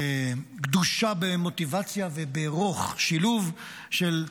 גדושה במוטיבציה וברוך, שילוב של,